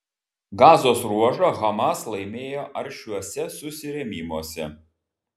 gazos ruožą hamas laimėjo aršiuose susirėmimuose